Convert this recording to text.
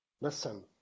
Listen